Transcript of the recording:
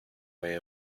way